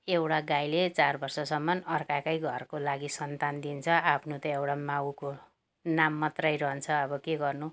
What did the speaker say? एउटा गाईले चार वर्षसम्म अर्काकै घरको लागि सन्तान दिन्छ आफ्नो त एउटा माउको नाम मात्रै रहन्छ अब के गर्नु